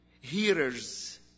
hearers